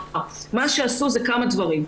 עשו כמה דברים.